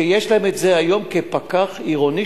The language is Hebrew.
ויש להם היום כפקח עירוני,